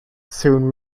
soon